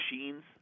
machines